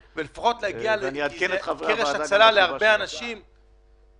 ואני מדבר על התאמת שוק השכירות למגורים בתוקפת הקורונה.